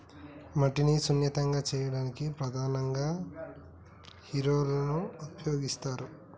మట్టిని సున్నితంగా చేయడానికి ప్రధానంగా హారోలని ఉపయోగిస్తరు